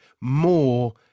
more